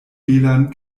belan